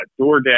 DoorDash